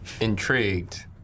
Intrigued